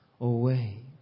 away